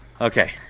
Okay